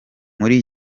muri